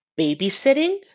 babysitting